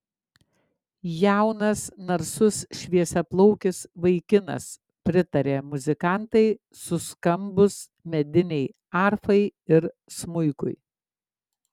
jaunas narsus šviesiaplaukis vaikinas pritarė muzikantai suskambus medinei arfai ir smuikui